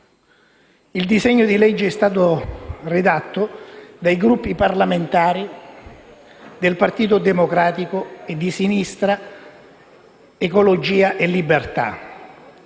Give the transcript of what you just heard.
Il disegno di legge è stato redatto dai Gruppi parlamentari del Partito Democratico e di Sinistra Ecologia e Libertà.